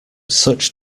such